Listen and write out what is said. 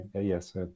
yes